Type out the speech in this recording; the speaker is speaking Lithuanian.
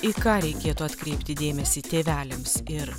į ką reikėtų atkreipti dėmesį tėveliams ir